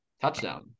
touchdown